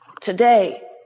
today